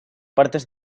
partes